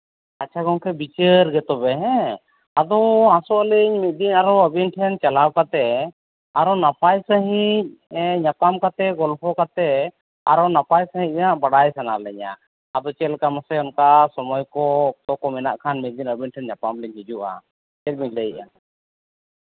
ᱟᱪᱪᱷᱟ ᱜᱚᱢᱠᱮ ᱵᱤᱪᱟᱹᱨ ᱜᱮ ᱛᱚᱵᱮ ᱦᱮᱸ ᱟᱫᱚ ᱟᱥᱚᱞᱮ ᱤᱧ ᱢᱤᱫ ᱟᱨᱚ ᱟᱹᱵᱤᱱ ᱴᱷᱮᱱ ᱪᱟᱞᱟᱣ ᱠᱟᱛᱮᱫ ᱟᱨᱦᱚᱸ ᱱᱟᱯᱟᱭ ᱥᱟᱺᱦᱤᱡ ᱧᱟᱯᱟᱢ ᱠᱟᱛᱮᱫ ᱜᱚᱞᱯᱷᱚ ᱠᱟᱛᱮᱫ ᱟᱨᱚ ᱱᱟᱯᱟᱭ ᱥᱟᱺᱦᱤᱡ ᱦᱟᱸᱜ ᱵᱟᱰᱟᱭ ᱥᱟᱱᱟ ᱞᱤᱧᱟ ᱟᱫᱚ ᱪᱮᱫ ᱞᱮᱠᱟ ᱢᱟᱥᱮ ᱥᱚᱢᱚᱭ ᱠᱚ ᱚᱠᱛᱚ ᱠᱚ ᱢᱮᱱᱟᱜ ᱠᱷᱟᱱ ᱢᱤᱫ ᱫᱤᱱ ᱟᱹᱵᱤᱱ ᱴᱷᱮᱱ ᱧᱟᱯᱟᱢ ᱞᱤᱧ ᱦᱤᱡᱩᱜᱼᱟ ᱪᱮᱫ ᱵᱤᱱ ᱞᱟᱹᱭᱮᱫᱼᱟ